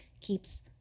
keeps